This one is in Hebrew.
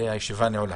הישיבה נעולה.